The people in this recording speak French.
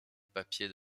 papiers